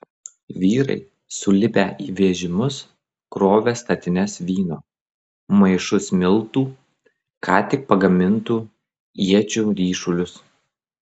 vyrai sulipę į vežimus krovė statines vyno maišus miltų ką tik pagamintų iečių ryšulius